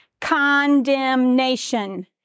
Condemnation